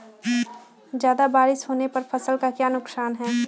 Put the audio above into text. ज्यादा बारिस होने पर फसल का क्या नुकसान है?